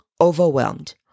overwhelmed